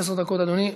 עשר דקות, אדוני.